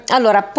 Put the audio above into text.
Allora